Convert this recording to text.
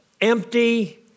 empty